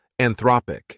Anthropic